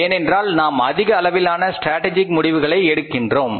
ஏனென்றால் நாம் அதிக அளவிலான ஸ்ட்ராட்டஜிக் முடிவுகளை எடுக்கின்றோம்